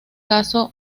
caso